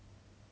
cause like